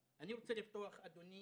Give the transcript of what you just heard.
לפתוח, אדוני,